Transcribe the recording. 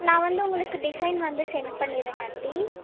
நான் வந்து உங்களுக்கு டிசைன் வந்து செண்ட் பண்ணிடுறேங்க ஆண்ட்டி